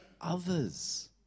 others